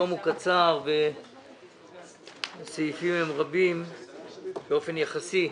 הוא קצר והסעיפים הם רבים באופן יחסי.